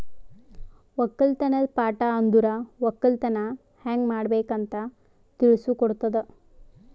ಒಕ್ಕಲತನದ್ ಪಾಠ ಅಂದುರ್ ಒಕ್ಕಲತನ ಹ್ಯಂಗ್ ಮಾಡ್ಬೇಕ್ ಅಂತ್ ತಿಳುಸ್ ಕೊಡುತದ